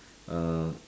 uh